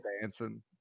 dancing